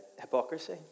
hypocrisy